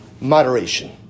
Moderation